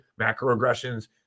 macroaggressions